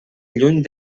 lluny